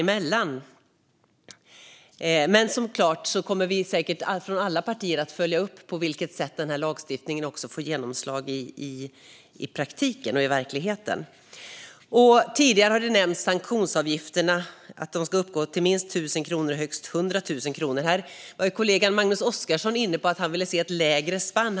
Men såklart kommer vi säkert från alla partier att följa upp på vilket sätt den här lagstiftningen får genomslag i praktiken. Tidigare har det nämnts att sanktionsavgifterna ska uppgå till minst 1 000 kronor och högst 100 000 kronor. Här var kollegan Magnus Oscarsson inne på att han ville se ett lägre spann.